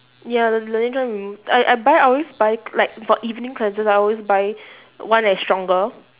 ya the laneige one remove I I buy I always buy like for evening cleansers I always buy one that is stronger